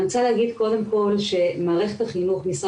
אני רוצה להגיד קודם כל שמערכת החינוך,